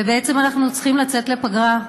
ובעצם אנחנו צריכים לצאת לפגרה.